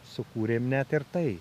sukūrėme net ir tai